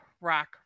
rock